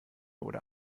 oder